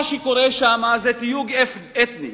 מה שקורה שם זה תיוג אתני.